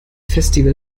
festival